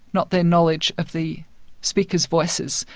not their knowledge of the speakers' voices.